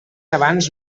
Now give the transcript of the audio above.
abans